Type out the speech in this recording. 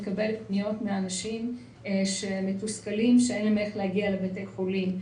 מקבלת פניות מאנשים שמתוסכלים על כך שאין להם איך להגיע לבתי החולים.